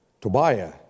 Tobiah